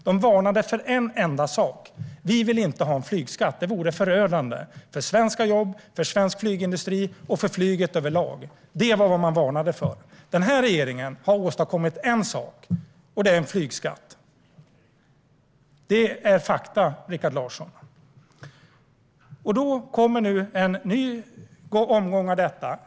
De varnade för en enda sak och sa: Vi vill inte ha en flygskatt. Det vore förödande för svenska jobb, för svensk flygindustri och för flyget överlag. Det var vad man varnade för. Denna regering har åstadkommit en sak, och det är en flygskatt. Det är fakta, Rikard Larsson. Nu kommer en ny omgång av detta.